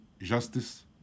justice